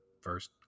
first